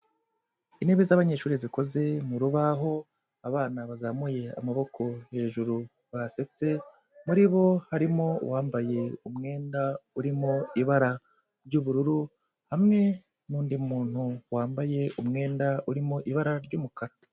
Intebe z'abanyeshuri zikoze mu rubaho, abana bazamuye amaboko hejuru basetse, muri bo harimo uwambaye umwenda urimo ibara ry'ubururu hamwe n'undi muntu wambaye umwenda urimo ibara ry'umukara.